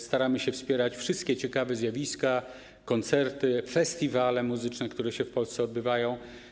Staramy się wspierać wszystkie ciekawe zjawiska, koncerty, festiwale muzyczne, które się w Polsce odbywają.